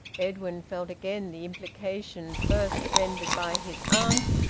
edwin felt again the implication, first rendered by his aunt,